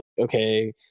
okay